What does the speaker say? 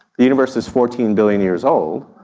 the universe is fourteen billion years old,